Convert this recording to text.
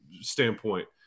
standpoint